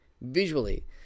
visually